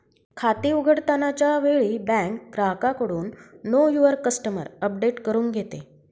खाते उघडताना च्या वेळी बँक ग्राहकाकडून नो युवर कस्टमर अपडेट करून घेते